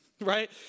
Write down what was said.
Right